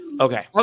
okay